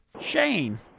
Shane